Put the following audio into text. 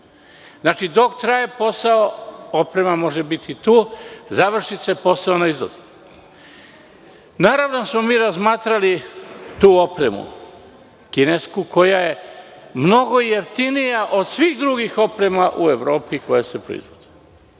državi. Dok traje posao, oprema može biti tu. Završi se posao i ona izlazi. Naravno da smo razmatrali tu opremu kinesku koja je mnogo jeftinija od svih drugih oprema u Evropi koja se proizvodi.